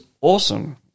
awesome